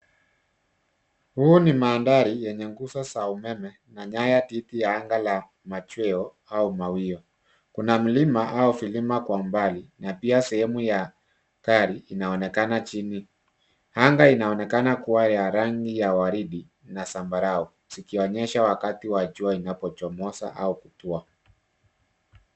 Huu ni mandhari yenye nguzo za umeme na nyaya dhidi ya anga la machweo au mawio. Kuna mlima au vilima kwa umbali na pia sehemu ya gari inaonekana chini. Anga inaonekana kuwa ya rangi ya waridi na zambarau zikionyesha wakati wa jua inapochomoza au kutua.